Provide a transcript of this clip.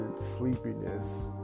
sleepiness